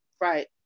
Right